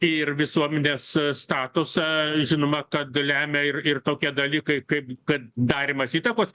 ir visuomenės statusą žinoma kad lemia ir ir tokie dalykai kaip kad darymas įtakos